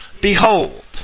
Behold